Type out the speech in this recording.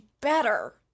better